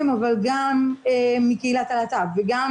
לקבל אישור שזה המצב ואז